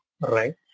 right